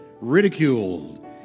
ridiculed